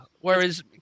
whereas